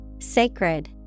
Sacred